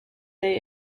they